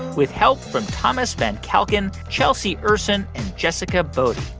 with help from thomas van kalken, chelsea ursin and jessica boddy.